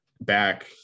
back